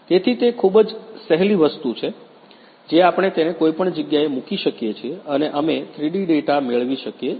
તેથી તે ખૂબ જ સહેલી વસ્તુ છે જે આપણે તેને કોઈપણ જગ્યાએ મૂકી શકીએ છીએ અને અમે 3ડી ડેટા મેળવી શકીએ છીએ